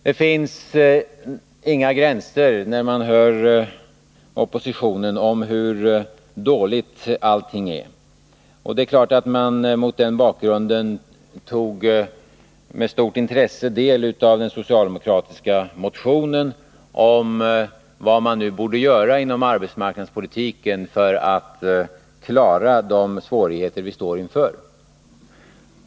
När man hör oppositionen tycks det inte finnas några gränser för hur dåligt allting är. Det är klart att man mot den bakgrunden med stort intresse tog del av den socialdemokratiska motionen om vad man borde göra inom arbetsmarknadspolitiken för att klara de svårigheter vi står inför.